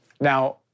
Now